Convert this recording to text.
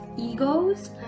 egos